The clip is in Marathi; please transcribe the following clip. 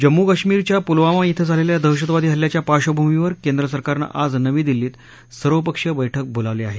जम्मू काश्मीरच्या पुलवामा इथं झालेल्या दहशतवादी हल्ल्याच्या पार्श्वभूमीवर केंद्र सरकारनं आज नवी दिल्लीत सर्वपक्षीय बैठक बोलावली आहे